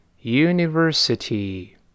university